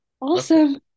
awesome